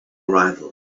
arrival